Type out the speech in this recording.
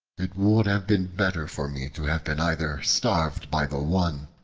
it would have been better for me to have been either starved by the one,